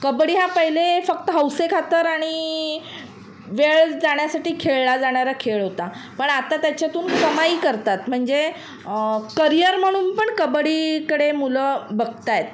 कबड्डी हा पहिले फक्त हौसेखातर आणि वेळ जाण्यासाठी खेळला जाणारा खेळ होता पण आता त्याच्यातून कमाई करतात म्हणजे करियर म्हणून पण कबड्डीकडे मुलं बघतायत